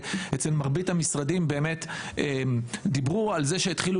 במרבית המשרדים באמת דיברו על כך שהתחילו